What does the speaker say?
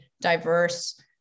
diverse